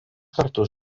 kartus